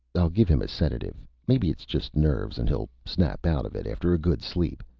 i'll give him a sedative. maybe it's just nerves, and he'll snap out of it after a good sleep.